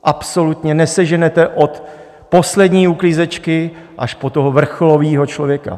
Absolutně neseženete od poslední uklízečky až po vrcholového člověka.